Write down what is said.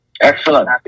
Excellent